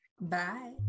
Bye